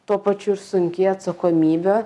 tuo pačiu ir sunki atsakomybė